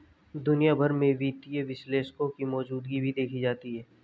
दुनिया भर में वित्तीय विश्लेषकों की मौजूदगी भी देखी जाती है